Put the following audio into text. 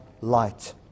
light